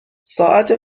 ساعت